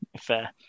Fair